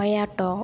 Toyota